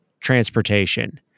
transportation